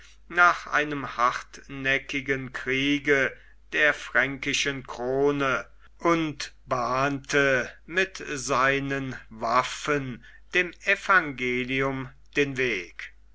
nach einem hartnäckigen kriege der fränkischen krone und bahnte mit seinen waffen dem evangelium den weg